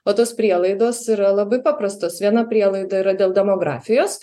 o tos prielaidos yra labai paprastos viena prielaida yra dėl demografijos